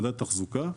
מדד התחזוקה,